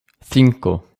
cinco